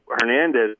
Hernandez